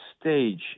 stage